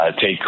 take